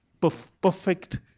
perfect